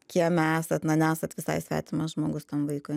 kieme esat na nesat visai svetimas žmogus tam vaikui